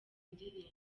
ndirimbo